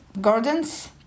gardens